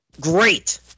great